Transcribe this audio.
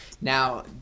Now